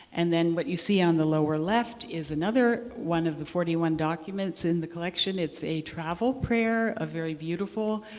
and then what you see on the lower left is another one of the forty one documents in the collection. it's a travel payer, a very beautiful